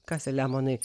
ką selemonai